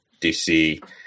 DC